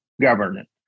government